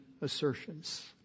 assertions